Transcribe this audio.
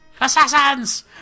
Assassins